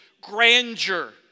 grandeur